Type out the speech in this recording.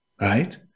right